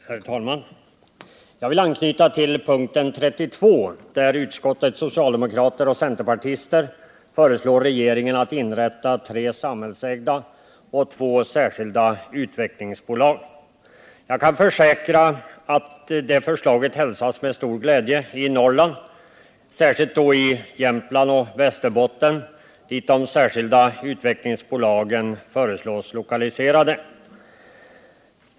Herr talman! Jag vill anknyta till punkten 32, där utskottets socialdemokrater och centerpartister föreslår regeringen att inrätta tre samhällsägda och två särskilda utvecklingsbolag. Jag kan försäkra att det förslaget hälsas med stor glädje i Norrland, särskilt i Jämtland och Västerbotten, dit de särskilda utvecklingsbolagen föreslår bli lokaliserade.